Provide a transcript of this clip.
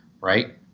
right